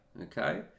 okay